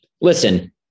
Listen